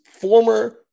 former